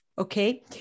Okay